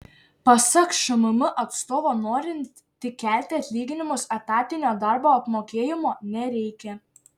pasak šmm atstovo norint tik kelti atlyginimus etatinio darbo apmokėjimo nereikia